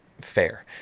fair